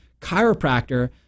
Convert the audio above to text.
chiropractor